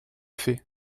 fait